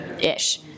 Ish